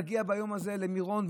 להגיע ביום הזה למירון,